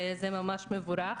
וזה ממש מבורך.